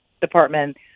department